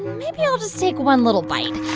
maybe i'll just take one little bite.